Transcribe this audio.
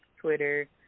Twitter